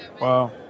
wow